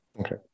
Okay